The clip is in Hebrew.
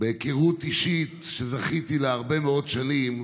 מהיכרות אישית שזכיתי לה הרבה מאוד שנים,